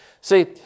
See